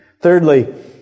Thirdly